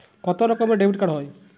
কত রকমের ডেবিটকার্ড হয়?